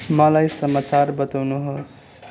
मलाई समाचार बताउनुहोस्